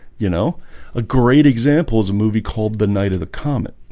you know a great example as a movie called the night of the comet?